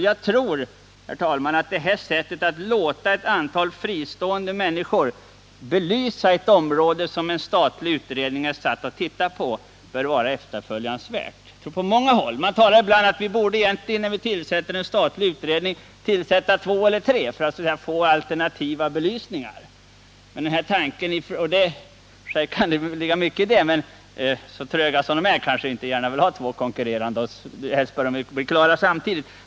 Jag tror, herr talman, att det här sättet att låta ett antal fristående människor belysa ett område som en statlig utredning är satt att se över är efterföljansvärt. Man talar ibland om att vi när vi tillsätter en statlig utredning egentligen borde tillsätta två eller tre utredningar, så att vi fick alternativa belysningar på problemen. Och det kan ligga mycket i det, men så tröga som utredningarna är kanske vi inte kan ha två konkurrerande, för de måste ju helst vara klara samtidigt.